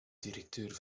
directeur